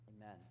Amen